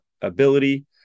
ability